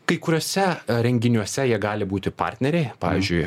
kai kuriuose renginiuose jie gali būti partneriai pavyzdžiui